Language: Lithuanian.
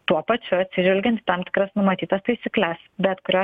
tuo pačiu atsižvelgiant į tam tikras numatytas taisykles bet kurios